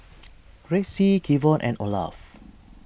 Ressie Kevon and Olaf